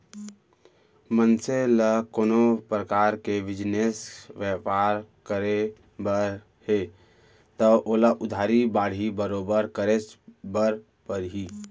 मनसे ल कोनो परकार के बिजनेस बयपार करे बर हे तव ओला उधारी बाड़ही बरोबर करेच बर परही